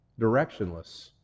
directionless